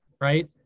right